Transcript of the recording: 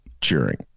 cheering